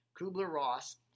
Kubler-Ross